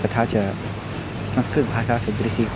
तथा च संस्कृत भाषा सदृशी